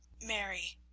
mary,